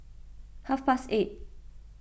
half past eight